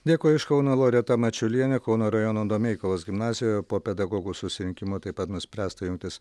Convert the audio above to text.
dėkui iš kauno loreta mačiulienė kauno rajono domeikavos gimnazijoje po pedagogo susirinkimo taip pat nuspręsta jungtis